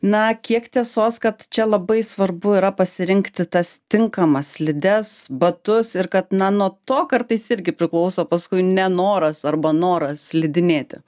na kiek tiesos kad čia labai svarbu yra pasirinkti tas tinkamas slides batus ir kad na nuo to kartais irgi priklauso paskui nenoras arba noras slidinėti